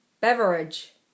beverage